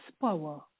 power